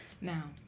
Now